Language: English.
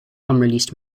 unreleased